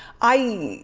i.